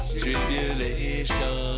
tribulation